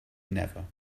never